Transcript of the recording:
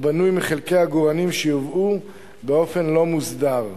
הבנוי מחלקי עגורנים שיובאו באופן לא מוסדר.